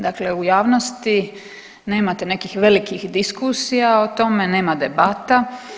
Dakle u javnosti nemate nekih velikih diskusija o tome, nema debata.